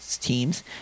teams